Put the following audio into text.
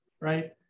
right